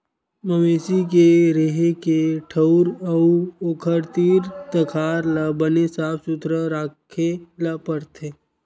मवेशी के रेहे के ठउर अउ ओखर तीर तखार ल बने साफ सुथरा राखे ल परथे